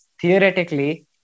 theoretically